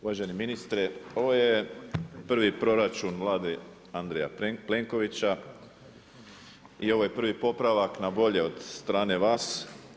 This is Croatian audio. Uvaženi ministre, ovo je prvi proračun Vlade Andreja Plenkovića i ovo je prvi popravak na bolje od strane vas.